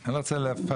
ואני לא רוצה לפרט,